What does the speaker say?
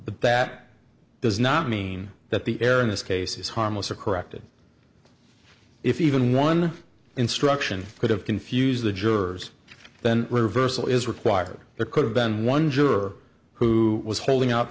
that does not mean that the air in this case is harmless or corrected if even one instruction could have confused the jurors then reversal is required there could have been one juror who was holding